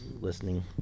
listening